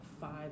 five